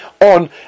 on